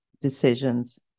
decisions